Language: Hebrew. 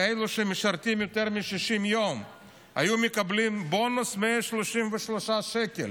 אלה שמשרתים יותר מ-60 יום היו מקבלים בונוס של 133 שקלים,